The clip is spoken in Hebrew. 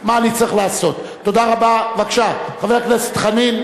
ואני בטוח שיוכיח לתמיד,